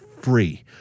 free